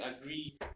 agree